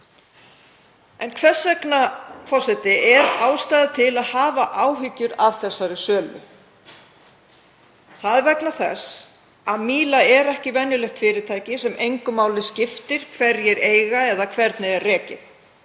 En hvers vegna, forseti, er ástæða til að hafa áhyggjur af þessari sölu? Það er vegna þess að Míla er ekki venjulegt fyrirtæki sem engu máli skiptir hverjir eiga eða hvernig er rekið.